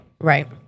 Right